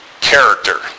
Character